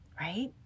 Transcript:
Right